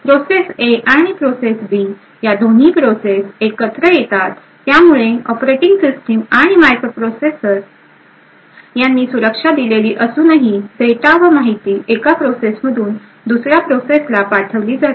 process A आणि process B या दोन्ही प्रोसेस एकत्र येतात त्यामुळे ऑपरेटिंग सिस्टिम आणि मायक्रोप्रोसेसर यांनी सुरक्षा दिलेली असूनही डेटा व माहिती एका प्रोसेस मधून दुसऱ्या प्रोसेस ला पाठवली जाते